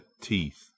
teeth